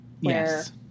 Yes